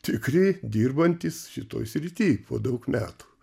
tikri dirbantys šitoj srity po daug metų